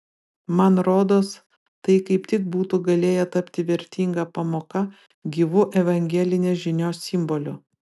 man rodos tai kaip tik būtų galėję tapti vertinga pamoka gyvu evangelinės žinios simboliu